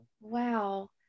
Wow